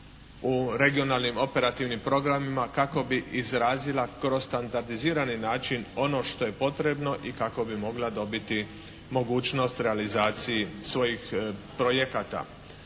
u regionalnim operativnim programima kako bi izrazila kroz standardizirani način ono što je potrebno i kako bi mogla dobiti mogućnost realizaciji svojih projekata.